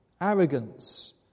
arrogance